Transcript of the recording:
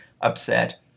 upset